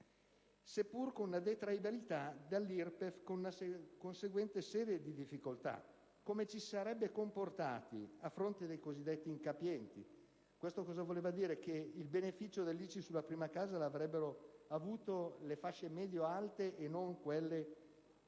seppur con una sua detraibilità dall'IRPEF, con una serie di conseguenti difficoltà: come ci si sarebbe comportati a fronte dei cosiddetti incapienti? Questo cosa voleva dire, che il beneficio dell'ICI sulla prima casa lo avrebbero avuto le fasce medio-alte e non quelle